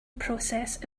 process